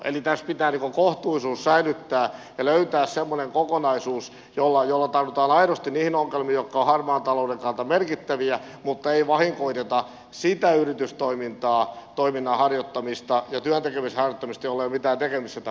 eli tässä pitää kohtuullisuus säilyttää ja löytää semmoinen kokonaisuus jolla tartutaan aidosti niihin ongelmiin jotka ovat harmaan talouden kannalta merkittäviä mutta ei vahingoiteta sitä yritystoiminnan ja työn tekemisen harjoittamista jolla ei ole mitään tekemistä tämän harmaan talouden kanssa